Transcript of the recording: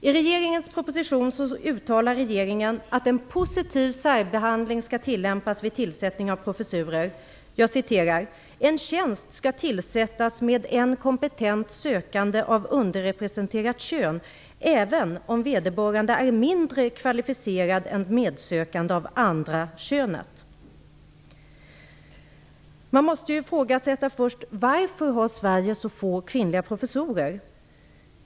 I regeringens proposition uttalar regeringen att en positiv särbehandling skall tillämpas vid tillsättning av professurer: "En tjänst skall tillsättas med en kompetent sökande av underrepresenterat kön även om vederbörande är mindre kvalificerad än medsökande av andra könet." Man måste först fråga varför Sverige har så få kvinnliga professorer.